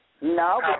No